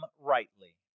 rightly